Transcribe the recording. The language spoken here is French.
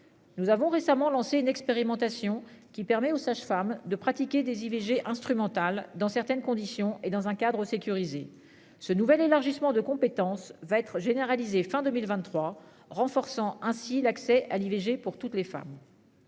Nous avons récemment lancé une expérimentation qui permet aux sages-femmes de pratiquer des IVG instrumentale dans certaines conditions et dans un cadre sécurisé ce nouvel élargissement de compétences va être généralisé, fin 2023, renforçant ainsi l'accès à l'IVG pour toutes les femmes.